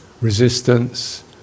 resistance